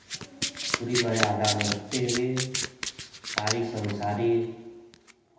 पूरी मर्यादा में रहते हुए सारी संसारी